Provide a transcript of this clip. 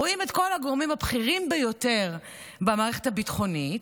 רואים את כל הגורמים הבכירים ביותר במערכת הביטחונית,